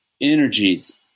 energies